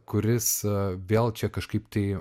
kuris vėl čia kažkaip tai